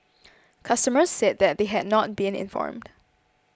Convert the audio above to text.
customers said that they had not been informed